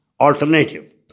alternative